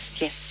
yes